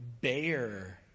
Bear